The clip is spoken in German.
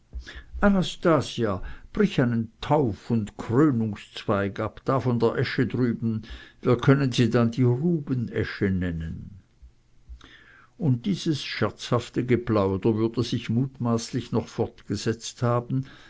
einen taufund krönungszweig ab da von der esche drüben wir können sie dann die ruben esche nennen und dieses scherzhafte geplauder würde sich mutmaßlich noch fortgesetzt haben